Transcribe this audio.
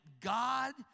God